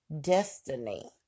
destiny